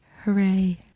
hooray